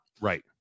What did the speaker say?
Right